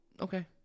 Okay